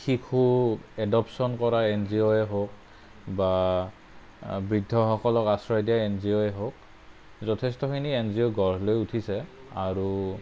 শিশু এডপশ্বন কৰা N G O হওক বা বৃদ্ধসকলক আশ্ৰয় দিয়া এন জি অ'ই হওক যথেষ্টখিনি এন জি অ' গঢ় লৈ উঠিছে আৰু